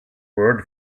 word